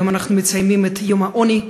היום אנחנו מציינים את יום העוני,